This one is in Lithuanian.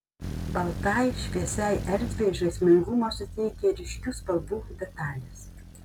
baltai šviesiai erdvei žaismingumo suteikia ryškių spalvų detalės